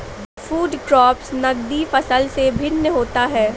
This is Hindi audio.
फूड क्रॉप्स नगदी फसल से भिन्न होता है